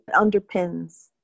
underpins